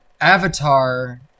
Avatar